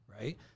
right